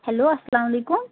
hello اسلام علیکُم